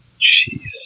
Jeez